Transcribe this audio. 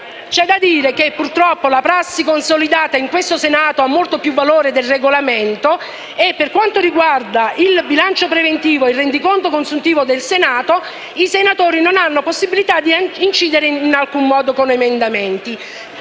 c'è da dire che purtroppo la prassi consolidata in questo Senato ha molto più valore del Regolamento e, per quanto riguarda il bilancio preventivo e il rendiconto consuntivo del Senato, i senatori non hanno possibilità di incidere in alcun modo con gli emendamenti.